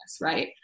right